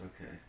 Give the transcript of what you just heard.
okay